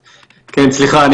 סליחה,